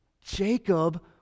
Jacob